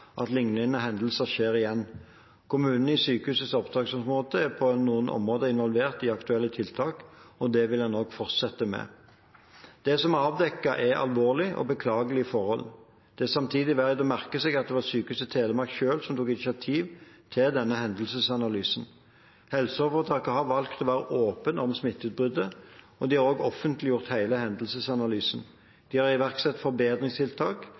at lignende hendelser skjer igjen. Kommunene i sykehusets opptaksområde er på noen områder involvert i aktuelle tiltak, og det vil en også fortsette med. Det som er avdekket, er alvorlige og beklagelige forhold. Det er samtidig verdt å merke seg at det var Sykehuset Telemark selv som tok initiativ til hendelsesanalysen. Helseforetaket har valgt å være åpne om smitteutbruddet, og de har også offentliggjort hele hendelsesanalysen. De har iverksatt forbedringstiltak,